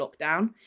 lockdown